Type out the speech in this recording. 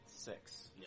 Six